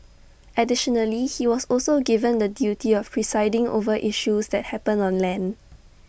additionally he was also given the duty of presiding over issues that happen on land